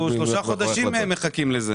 שלושה חודשים מחכים לזה.